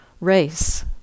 race